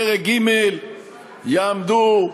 בדרג ג' יעמדו,